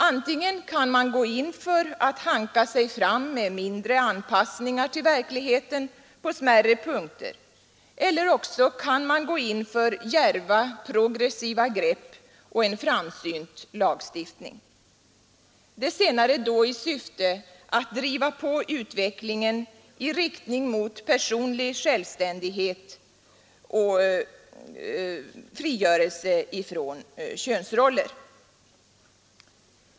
Antingen kan man gå in för att hanka sig fram med mindre anpassningar till verkligheten på smärre punkter, eller också kan man gå in för djärva, progressiva grepp och en framsynt lagstiftning — det senare då i syfte att driva på utvecklingen i riktning mot personlig självständighet och frigörelse från könsroller.